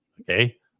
okay